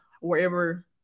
wherever